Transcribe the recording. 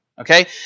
Okay